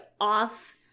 off